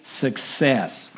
success